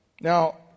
Now